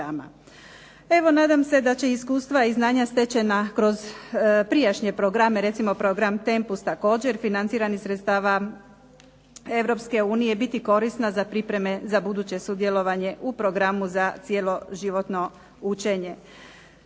Evo nadam se da će iskustva i znanja stečena kroz prijašnje programe recimo program Tempus također financiran iz sredstava Europske unije biti korisna za pripreme za buduće sudjelovanje u programu za Cjeloživotno učenje.